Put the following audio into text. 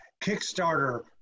Kickstarter